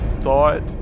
thought